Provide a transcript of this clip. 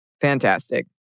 fantastic